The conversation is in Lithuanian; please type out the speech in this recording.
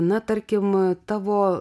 na tarkim tavo